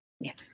Yes